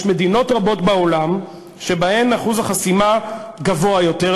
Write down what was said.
יש מדינות רבות בעולם שבהן אחוז החסימה גבוה יותר,